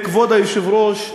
כבוד היושב-ראש,